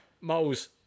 Moles